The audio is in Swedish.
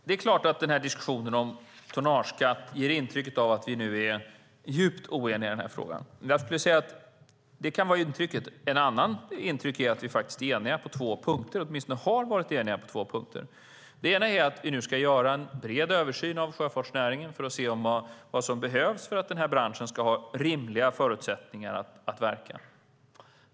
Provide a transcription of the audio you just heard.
Herr talman! Diskussionen om tonnageskatt ger intryck av att vi är djupt oeniga i den här frågan. Ett annat intryck är att vi faktiskt är eniga på två punkter eller åtminstone har varit eniga på två punkter. Den ena är att vi nu ska göra en bred översyn av sjöfartsnäringen för att se vad som behövs för att den här branschen ska ha rimliga förutsättningar att verka.